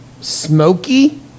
smoky